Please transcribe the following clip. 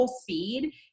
speed